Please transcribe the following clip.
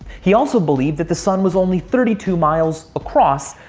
he also believed that the sun was only thirty two miles across,